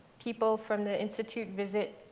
people from the institute visit